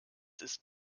ist